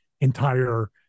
entire